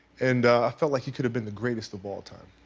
and i felt like he could have been the greatest of all time.